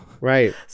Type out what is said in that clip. Right